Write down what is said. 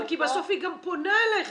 כי בסוף היא גם פונה אליכם.